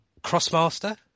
Crossmaster